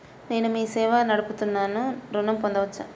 నేను మీ సేవా నడుపుతున్నాను ఋణం పొందవచ్చా?